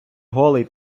голий